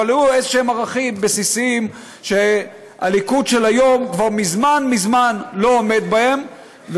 אבל היו איזה ערכים בסיסיים שהליכוד של היום כבר מזמן מזמן לא עומד בהם,